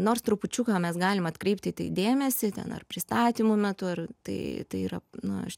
nors trupučiuką mes galim atkreipti į tai dėmesį ten ar pristatymų metu ar tai tai yra na aš